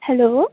hello